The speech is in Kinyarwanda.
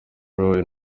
roy